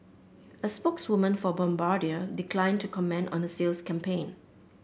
a spokeswoman for Bombardier declined to comment on a sales campaign